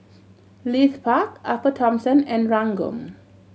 Leith Park Upper Thomson and Ranggung